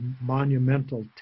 monumental